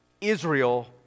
Israel